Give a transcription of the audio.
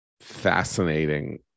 fascinating